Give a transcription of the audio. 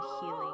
healing